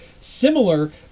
similar